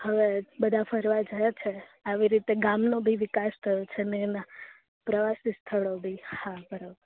હવે બધા ફરવા જાય છે આવી રીતે ગામનો ભી વિકાસ થ્યો છે મે એમાં પ્રવાસી સ્થળો ભી હા બરો